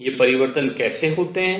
ये परिवर्तन कैसे होते हैं